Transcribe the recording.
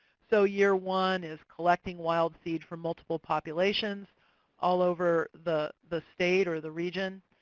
so year one is collecting wild seed from multiple populations all over the the state or the region.